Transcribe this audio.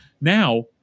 Now